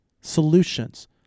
solutions